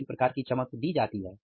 विभिन्न प्रकार की चमक दी जाती है